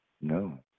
No